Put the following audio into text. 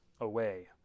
away